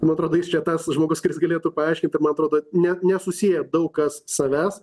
man atrodo jis čia tas žmogus kuris galėtų paaiškint man atrodo net nesusieja daug kas savęs